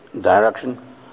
direction